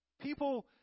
People